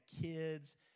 kids